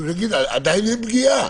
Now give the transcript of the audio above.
הוא יגיד: עדיין אין פגיעה.